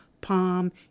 palm